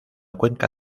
cuenca